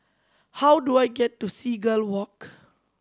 how do I get to Seagull Walk